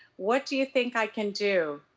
what do you think i can do,